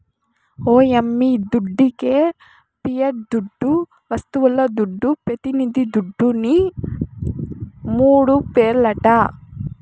ఓ యమ్మీ దుడ్డికే పియట్ దుడ్డు, వస్తువుల దుడ్డు, పెతినిది దుడ్డుని మూడు పేర్లట